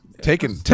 Taking